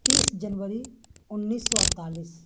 تیس جنوری انیس سو اڑتالیس